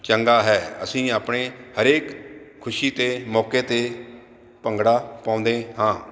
ਚੰਗਾ ਹੈ ਅਸੀਂ ਆਪਣੇ ਹਰੇਕ ਖੁਸ਼ੀ 'ਤੇ ਮੌਕੇ 'ਤੇ ਭੰਗੜਾ ਪਾਉਂਦੇ ਹਾਂ